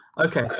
Okay